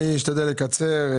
אני אשתדל לקצר.